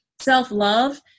self-love